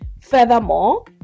furthermore